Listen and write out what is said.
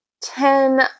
ten